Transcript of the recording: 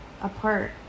apart